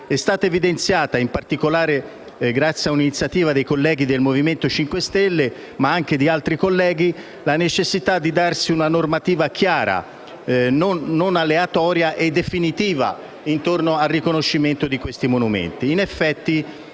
È stata evidenziata - in particolare grazie ad un'iniziativa dei colleghi del Movimento 5 stelle, ma anche di altri colleghi - la necessità di darsi una normativa chiara, non aleatoria e definitiva sul riconoscimento di questi monumenti.